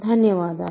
ధన్యవాదాలు